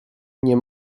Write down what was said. nie